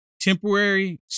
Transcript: temporary